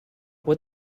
what